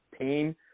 pain